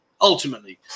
Ultimately